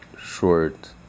short